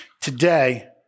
Today